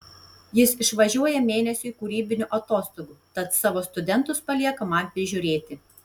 jis išvažiuoja mėnesiui kūrybinių atostogų tad savo studentus palieka man prižiūrėti